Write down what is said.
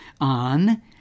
on